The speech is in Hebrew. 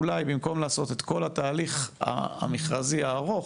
אולי במקום לעשות את כל התהליך המכרזי הארוך,